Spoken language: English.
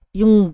yung